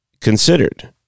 considered